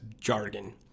jargon